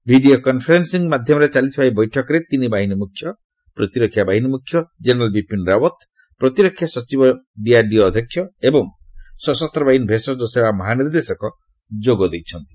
video conferencing ମାଧ୍ୟମରେ ଚାଲିଥିବା ଏହି ବୈଠକରେ ତିନିବାହିନୀ ମୁଖ୍ୟ ପ୍ରତିରକ୍ଷା ବାହିନୀ ମୁଖ୍ୟ ଜେନେରାଲ ବିପିନ ରାଓ୍ୱତ ପ୍ରତିରକ୍ଷା ସଚିବ ଡିଆର୍ଡିଓ ଅଧ୍ୟକ୍ଷ ଏବଂ ସଶସ୍ତ ବାହିନୀ ଭେଷଜ ସେବା ମହାନିର୍ଦ୍ଦେଶକ ଯୋଗ ଦେଇଛନ୍ତି